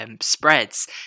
spreads